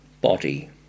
body